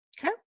Okay